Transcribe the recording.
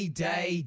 day